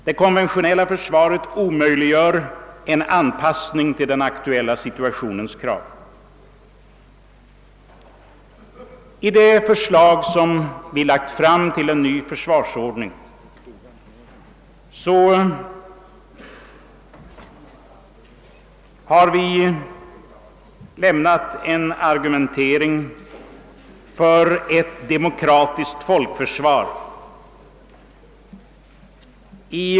Det konventionella försvaret omöjliggör en anpassning till den aktuella situationens krav. I det förslag som vi lagt fram till en ny försvarsordning har vi lämnat en argumentering för ett demokratiskt folkförsvar.